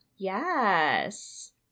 Yes